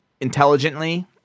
intelligently